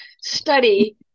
study